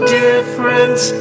difference